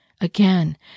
Again